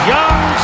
Young